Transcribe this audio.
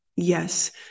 Yes